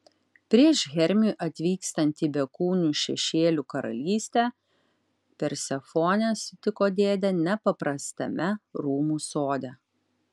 prieš hermiui atvykstant į bekūnių šešėlių karalystę persefonė sutiko dėdę nepaprastame rūmų sode